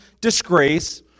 disgrace